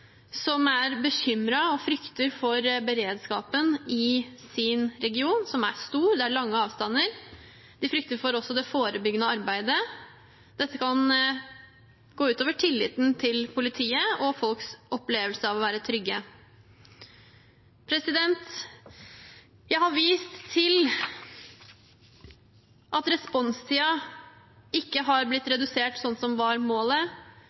som frykter for beredskapen i sin region, som er stor, det er lange avstander. De frykter også for det forebyggende arbeidet. Dette kan gå ut over tilliten til politiet og folks opplevelse av å være trygge. Jeg har vist til at responstiden ikke har blitt redusert sånn som var målet,